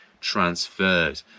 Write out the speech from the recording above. transferred